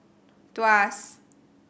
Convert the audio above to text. Tuas